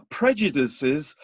prejudices